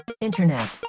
internet